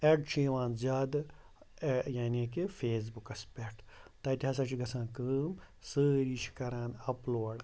add چھِ یِوان زیادٕ یعنی کہِ فیسبُکَس پٮ۪ٹھ تَتہِ ہسا چھِ گَژھان کٲم سٲری چھِ کَران اَپلوڈ